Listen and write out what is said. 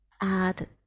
add